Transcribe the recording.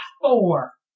four